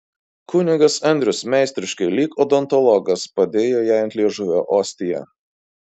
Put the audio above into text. kunigas andrius meistriškai lyg odontologas padėjo jai ant liežuvio ostiją